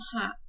hat